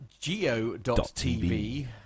geo.tv